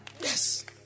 yes